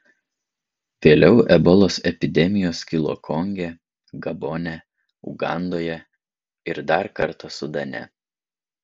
vėliau ebolos epidemijos kilo konge gabone ugandoje ir dar kartą sudane